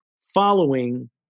following